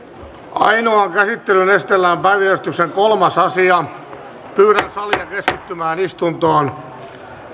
ainoaan käsittelyyn esitellään päiväjärjestyksen kolmas asia pyydän salia keskittymään istuntoon